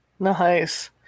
Nice